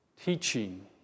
teaching